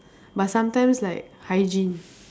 but sometimes like hygiene